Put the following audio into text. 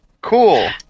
Cool